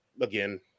again